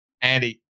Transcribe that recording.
Andy